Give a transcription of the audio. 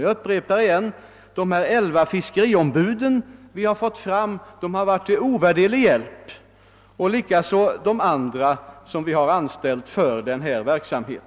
Jag upprepar att de 11 fiskeriombud som vi fått fram har varit till ovärderlig hjälp, likaså de andra som vi har anställt för denna verksamhet.